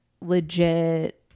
legit